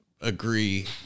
agree